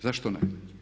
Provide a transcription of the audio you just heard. Zašto ne.